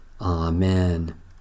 Amen